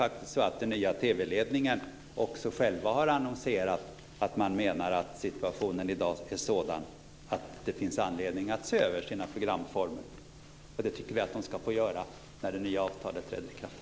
Det är faktiskt så att den nya TV-ledningen också själva har annonserat att man menar att situationen i dag är sådan att det finns anledning att se över programformerna, och det tycker vi att de ska få göra när det nya avtalet träder i kraft.